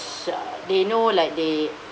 uh they know like they